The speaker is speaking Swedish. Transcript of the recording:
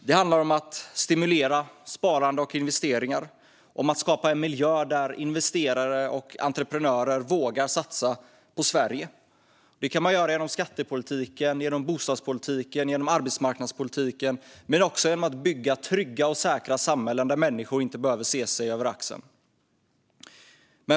Det handlar om att stimulera sparande och investeringar, om att skapa en miljö där investerare och entreprenörer vågar satsa på Sverige. Det kan man göra genom skattepolitiken, genom bostadspolitiken, genom arbetsmarknadspolitiken och även genom att bygga trygga och säkra samhällen där människor inte behöver se sig över axeln.